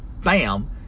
bam